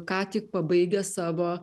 ką tik pabaigę savo